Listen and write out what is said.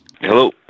Hello